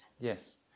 Yes